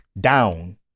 down